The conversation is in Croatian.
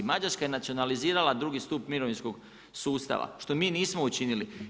Mađarska je nacionalizirala drugi stup mirovinskog sustava, što mi nismo učinili.